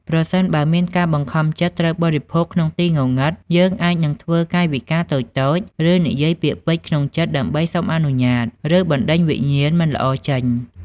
ប្រសិនបើមានការបង្ខំចិត្តត្រូវបរិភោគក្នុងទីងងឹតយើងអាចនឹងធ្វើកាយវិការតូចៗ ឬនិយាយពាក្យពេចន៍ក្នុងចិត្តដើម្បីសុំអនុញ្ញាត ឬបណ្តេញវិញ្ញាណមិនល្អចេញ ។